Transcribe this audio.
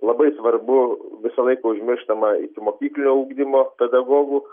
labai svarbu visą laiką užmirštama ikimokyklinio ugdymo pedagogų